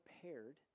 prepared